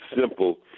simple